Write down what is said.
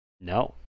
No